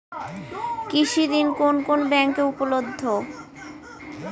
কৃষি ঋণ কোন কোন ব্যাংকে উপলব্ধ?